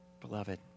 Beloved